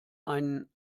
einen